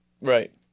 Right